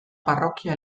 parrokia